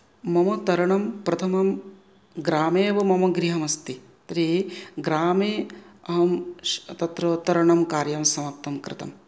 मम तरणं प्रथमं ग्रामेव मम गृहमस्ति तर्हि ग्रामे अहं तत्र तरणं कार्यं समाप्तं कृतम्